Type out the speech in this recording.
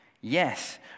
Yes